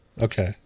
Okay